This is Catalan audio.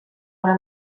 hora